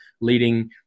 leading